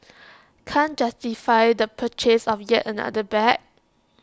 can't justify the purchase of yet another bag